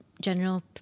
general